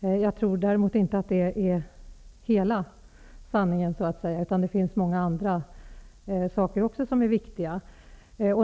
Däremot tror jag inte att det är hela sanningen. Det finns också mycket annat som är viktigt.